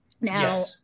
Now